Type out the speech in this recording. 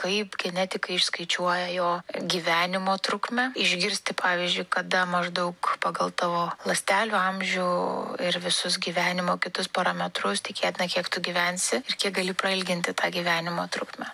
kaip genetikai išskaičiuoja jo gyvenimo trukmę išgirsti pavyzdžiui kada maždaug pagal tavo ląstelių amžių ir visus gyvenimo kitus parametrus tikėtina kiek tu gyvensi ir kiek gali prailginti tą gyvenimo trukmę